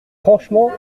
franchement